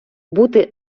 бути